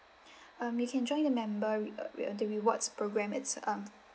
um you can join the member uh we the rewards programme it's um